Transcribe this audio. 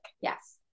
yes